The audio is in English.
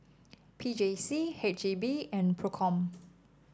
P J C H E B and Procom